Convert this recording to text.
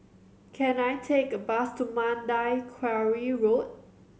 can I take a bus to Mandai Quarry Road